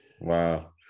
wow